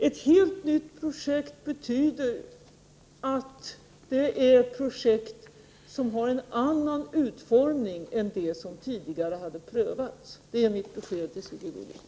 ”Ett helt nytt projekt” betyder att det är fråga om ett projekt som har en annan utformning än det som tidigare hade prövats. Det är mitt besked till Sigge Godin.